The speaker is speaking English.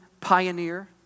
pioneer